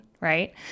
Right